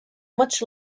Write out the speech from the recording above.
much